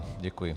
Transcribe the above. Děkuji.